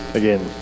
again